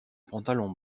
pantalon